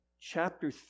Chapter